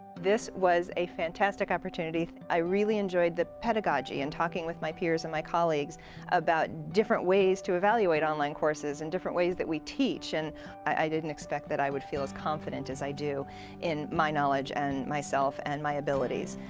this was a fantastic opportunity. i really enjoyed the pedagogy and talking with my peers and my colleagues about different ways to evaluate online courses and different ways that we teach. and i didn't expect that i would feel as confident as i do in my knowledge and myself and my abilities.